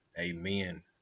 amen